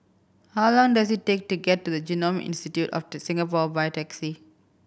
how long does it take to get to Genome Institute of Singapore by taxi